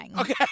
Okay